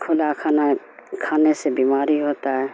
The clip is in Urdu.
کھلا کھانا کھانے سے بیماری ہوتا ہے